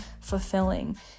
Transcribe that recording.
fulfilling